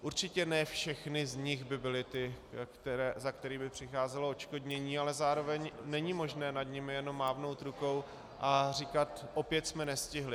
Určitě ne všechny z nich by byly ty, za které by přicházelo odškodnění, ale zároveň není možné nad nimi jenom mávnout rukou a říkat: opět jsme nestihli.